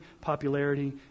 popularity